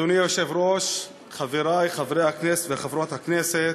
אדוני היושב-ראש, חברי חברי הכנסת, חברות הכנסת,